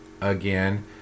again